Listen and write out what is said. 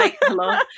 hello